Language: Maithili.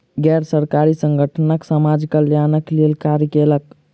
गैर सरकारी संगठन समाज कल्याणक लेल कार्य कयलक